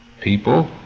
people